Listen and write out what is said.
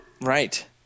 Right